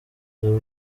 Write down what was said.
dore